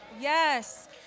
Yes